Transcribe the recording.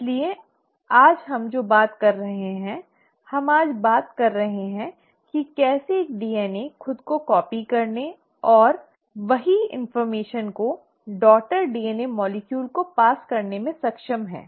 इसलिए आज हम जो बात कर रहे हैं हम आज बात कर रहे हैं कि कैसे एक डीएनए खुद को कॉपी करने और वही जानकारी को डॉटर डीएनए अणु को पास करने में सक्षम है